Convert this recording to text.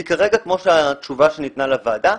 כי כרגע כמו שהתשובה שניתנה לוועדה,